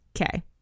Okay